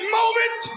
moment